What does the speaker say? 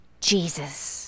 Jesus